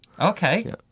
Okay